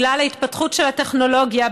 בגלל ההתפתחות של הטכנולוגיה,